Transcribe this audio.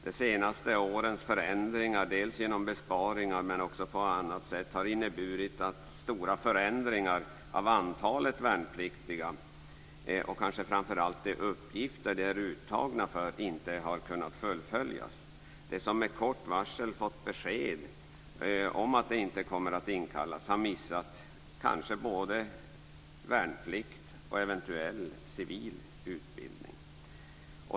De senaste årens förändringar dels genom besparingar, dels på annat sätt har inneburit att stora förändringar i antalet värnpliktiga och kanske framför allt när det gäller de uppgifter som de är uttagna för inte har kunnat fullföljas. De som med kort varsel fått besked om att de inte kommer att inkallas har missat kanske både värnplikt och civil utbildning.